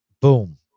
Boom